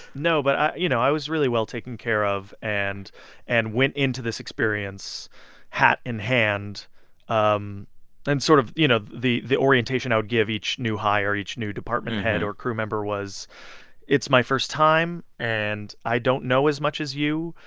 no but, you know, i was really well taken care of and and went into this experience hat in hand um and sort of, you know, the the orientation i would give each new hire, each new department head or crew member was it's my first time, and i don't know as much as you.